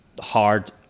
hard